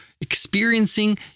experiencing